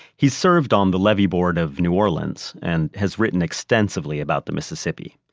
he served on the levee board of new orleans and has written extensively about the mississippi.